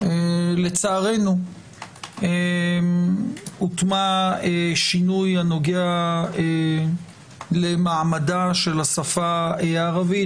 לצערנו הוטמע שינוי הנוגע למעמדה של השפה הערבית,